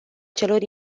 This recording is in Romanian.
celor